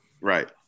Right